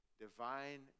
divine